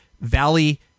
Valley